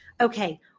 okay